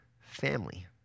family